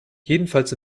jedenfalls